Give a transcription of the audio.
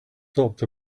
stopped